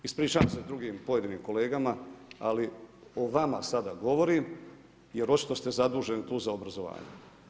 Ispričavam se drugim pojedinim kolegama, ali o vama sada govorim jer očito ste zaduženi tu obrazovanje.